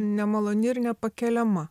nemaloni ir nepakeliama